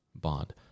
bond